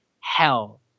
hell